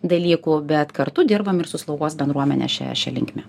dalykų bet kartu dirbam ir su slaugos bendruomene šia šia linkme